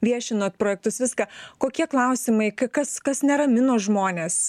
viešinot projektus viską kokie klausimai k kas kas neramino žmones